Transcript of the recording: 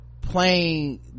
playing